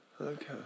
Okay